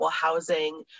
housing